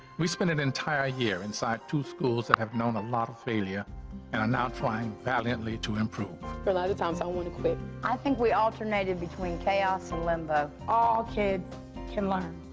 we spent an entire year inside two schools that have known a lot of failure and are now trying valiantly to improve. there are a lot of times i want to quit. i think we alternated between chaos and limbo. all kid can learn.